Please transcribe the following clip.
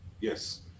yes